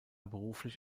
beruflich